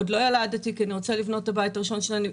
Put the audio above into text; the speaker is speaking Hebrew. עוד לא ילדתי כי אני רוצה לבנות את הבית הראשון שלי,